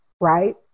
right